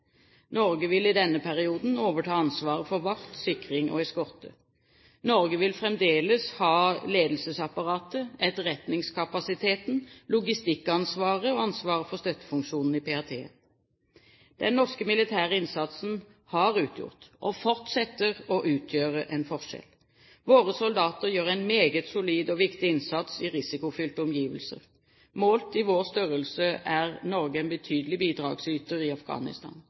Norge vil i denne perioden overta ansvaret for vakt, sikring og eskorte. Norge vil fremdeles ha ledelsesapparatet, etterretningskapasiteten, logistikkansvaret og ansvaret for støttefunksjonene i PRT. Den norske militære innsatsen har utgjort og fortsetter å utgjøre en forskjell. Våre soldater gjør en meget solid og viktig innsats i risikofylte omgivelser. Målt i vår størrelse er Norge en betydelig bidragsyter i Afghanistan.